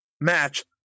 match